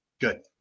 good